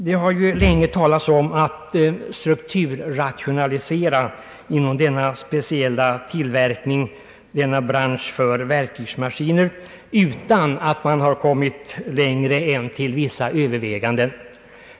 Det har länge talats om önskvärdheten av en strukturrationalisering inom verktygsmaskinbranschen utan att man kommit längre än till vissa överväganden.